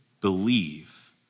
believe